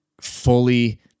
fully